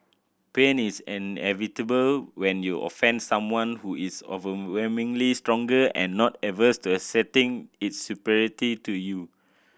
pain is inevitable when you offend someone who is overwhelmingly stronger and not averse to asserting its superiority to you